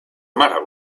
matter